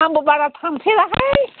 आंबो बारा थांखायाहाय